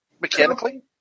mechanically